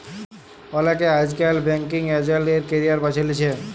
অলেকে আইজকাল banking agent এর ক্যারিয়ার বাছে লিছে